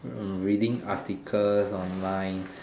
hmm reading articles online